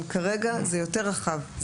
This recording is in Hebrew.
אבל כרגע זה יותר רחב.